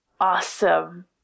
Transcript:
awesome